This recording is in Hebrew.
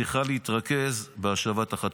צריכה להתרכז בהשבת החטופים,